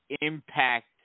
impact